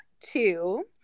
two